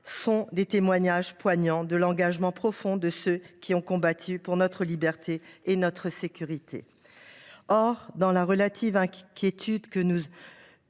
sont des témoignages poignants de l’engagement profond de ceux qui ont combattu pour notre liberté et notre sécurité. Dans la relative quiétude que nous